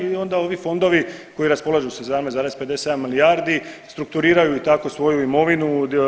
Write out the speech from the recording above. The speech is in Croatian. I onda ovi fondovi koji raspolažu 17,57 milijardi strukturiraju tako i svoju imovinu.